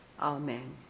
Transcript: Amen